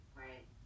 right